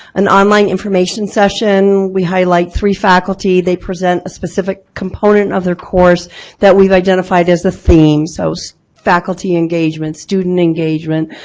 an online information session, we highlight three faculty, they present a specific component of their course that we've identified as the theme, so so faculty engagement, student engagement.